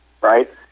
right